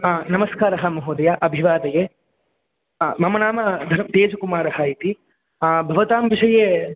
हा नमस्कारः महोदय अभिवादये मम नाम धनतेज् कुमारः इति भवतां विषये